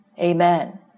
Amen